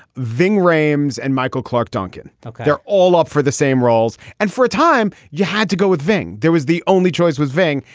ving rhames and michael clarke duncan they're all up for the same roles. and for a time you had to go with thing. there was the only choice was ving.